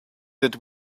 that